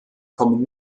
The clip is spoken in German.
kommen